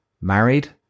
married